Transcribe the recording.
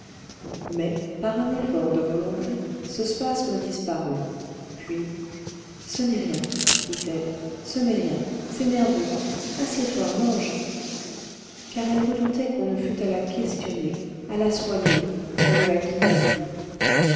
mais par un effort de volonté ce spasme disparut puis ce n'est rien dit-elle ce n'est rien c'est nerveux assiedstoi mange car elle redoutait qu'on ne fût à la questionner à la soigner qu'on ne la quittât plus